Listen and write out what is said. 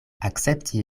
akcepti